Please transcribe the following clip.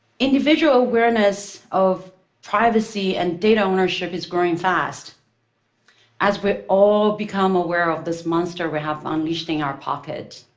individual awareness of privacy and data ownership is growing fast as we all become aware of this monster we have unleashed in our pocket.